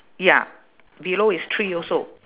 ya below is three also